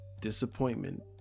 disappointment